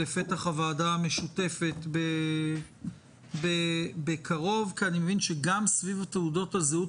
לפתח הוועדה המשותפת כי אני מבין שגם סביב תעודות הזהות